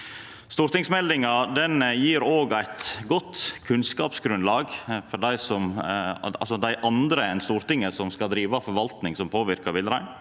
Stortingsmeldinga gjev òg eit godt kunnskapsgrunnlag for dei andre enn Stortinget som skal driva forvaltning som påverkar villreinen.